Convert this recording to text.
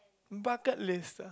bucket list